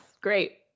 Great